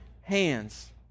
hands